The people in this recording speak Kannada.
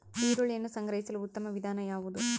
ಈರುಳ್ಳಿಯನ್ನು ಸಂಗ್ರಹಿಸಲು ಉತ್ತಮ ವಿಧಾನ ಯಾವುದು?